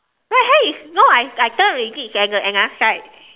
right hand is not I I turn already it's at the another side